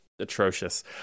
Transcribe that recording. atrocious